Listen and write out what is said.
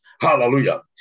Hallelujah